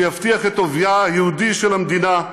שיבטיח את אופייה היהודי של המדינה,